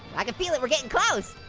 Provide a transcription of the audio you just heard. i can feel that we're getting close.